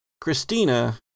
Christina